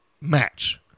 match